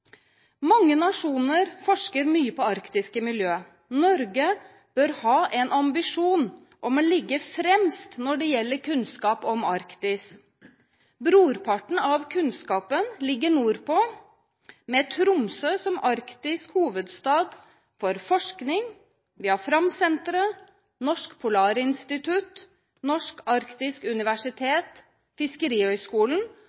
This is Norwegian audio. Mange nasjoner forsker mye på arktisk miljø. Norge bør ha en ambisjon om å ligge fremst når det gjelder kunnskap om Arktis. Brorparten av kunnskapen ligger nordpå, med Tromsø som Arktis’ hovedstad for forskning: Vi har Framsenteret, Norsk Polarinstitutt,